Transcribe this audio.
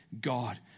God